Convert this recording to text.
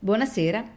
Buonasera